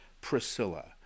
Priscilla